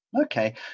Okay